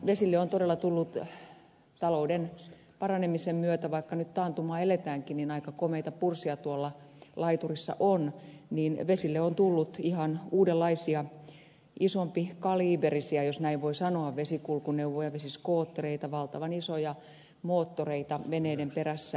vesille on todella tullut talouden paranemisen myötä vaikka nyt taantumaa eletäänkin niin aika komeita pursia tuolla laiturissa on ihan uudenlaisia isompikaliiperisia jos näin voi sanoa vesikulkuneuvoja vesiskoottereita valtavan isoja moottoreita veneiden perässä